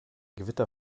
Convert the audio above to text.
gewitter